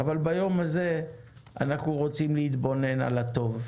אבל ביום הזה אנחנו רוצים להתבונן על הטוב,